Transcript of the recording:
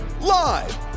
live